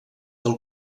del